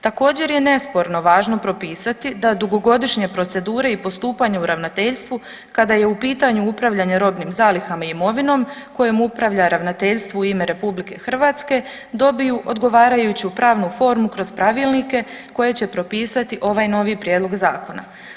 Također je nesporno važno propisati da dugogodišnje procedure i postupanje u Ravnateljstvu, kada je u pitanju upravljanje robnim zalihama i imovinom kojom upravlja Ravnateljstvo u ime RH, dobiju odgovarajuću pravnu formu kroz pravilnike koje će propisati ovaj novi prijedlog Zakona.